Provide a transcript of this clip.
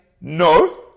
No